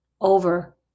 over